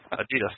Adidas